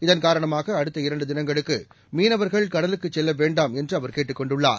இதன் காரணமாக அடுத்த இரண்டு தினங்களுக்கு மீனவர்கள் கடலுக்குச் செல்ல வேண்டாம் என்று அவர் கேட்டுக் கொண்டுள்ளார்